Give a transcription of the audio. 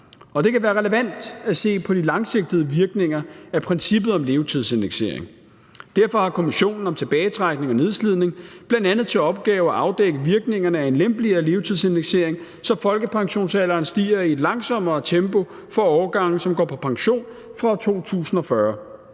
det kan være relevant at se på de langsigtede virkninger af princippet om levetidsindeksering. Derfor har kommissionen om tilbagetrækning og nedslidning bl.a. til opgave at afdække virkningerne af en lempeligere levetidsindeksering, så folkepensionsalderen stiger i et langsommere tempo for årgange, som går på pension fra 2040.